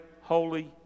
holy